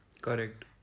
Correct